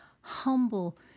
humble